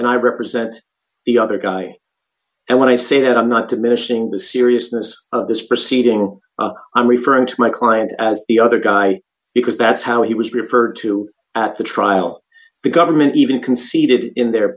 and i represent the other guy and when i see him not to mission the seriousness of this proceeding i'm referring to my client as the other guy because that's how he was referred to at the trial the government even conceded in their